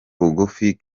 bugufi